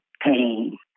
pain